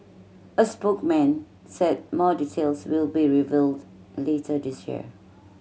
a spokesman said more details will be revealed later this year